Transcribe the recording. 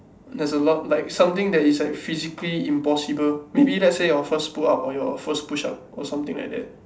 there's a lot like something that is like physically impossible maybe let's say your first pull up or your first push up or something like that